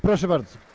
Proszę bardzo.